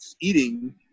eating